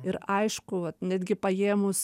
ir aišku vat netgi paėmus